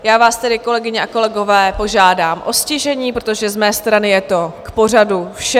Já vás tedy, kolegyně a kolegové, požádám o ztišení, protože z mé strany je to k pořadu vše.